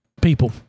People